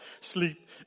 sleep